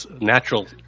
natural